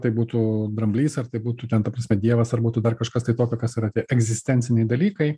tai būtų dramblys ar tai būtų ten ta prasme dievas ar būtų dar kažkas tai tokio kas yra tie egzistenciniai dalykai